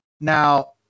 Now